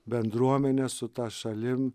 bendruomene su ta šalim